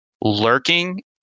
lurking